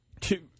two